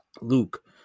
Luke